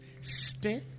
Stay